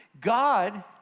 God